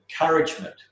encouragement